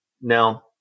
Now